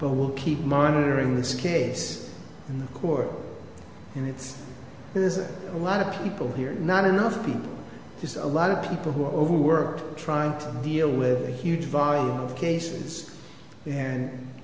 but we'll keep monitoring this case in the court and it's there's a lot of people here not enough people just a lot of people who are overworked trying to deal with a huge volume of cases